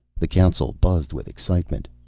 the council buzzed with excitement.